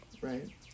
right